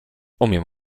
umiem